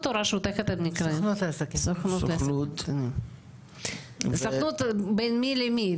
--- סוכנות בין מי למי?